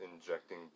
injecting